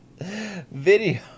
Video